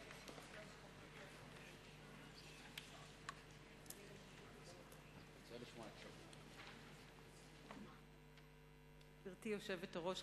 גברתי היושבת-ראש,